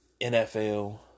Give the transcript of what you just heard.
NFL